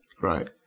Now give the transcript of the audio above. Right